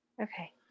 Okay